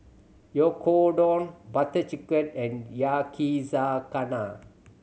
Oyakodon Butter Chicken and Yakizakana